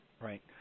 Right